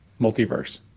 multiverse